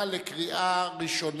קשר קטין עם הורי הוריו),